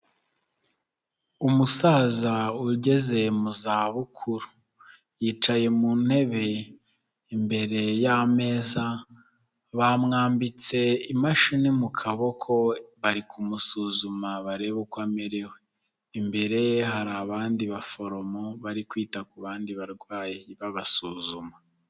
Umusaza ugeze mu za bukuru yicaye mu ntebe imbere y'ameza, bamwambitse imashini mu kaboko bari kumusuzuma barebe uko amerewe, imbere hari abandi baforomo bari kwita ku bandi barwayi babasuzuma.